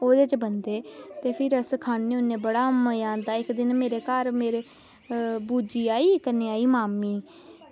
ते एह्दे च बनदे ते फिर अस खन्ने होन्ने बड़ा मज़ा औंदा ते इक्क दिन घर मेरे बूजी आई ते कन्नै आई मामी